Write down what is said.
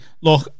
Look